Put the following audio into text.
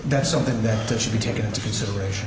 that's something that should be taken into consideration